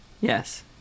Yes